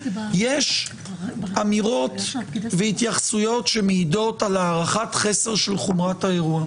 יש אמירות והתייחסויות שמעידות על הערכת חסר של חומרת האירוע.